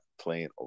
playing